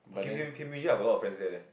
oh K_P_M_G I got a lot of friends there leh